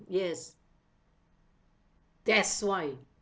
yes that's why